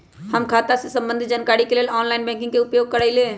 हम खता से संबंधित जानकारी के लेल ऑनलाइन बैंकिंग के उपयोग करइले